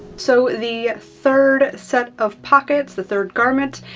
so, the third set of pockets, the third garment,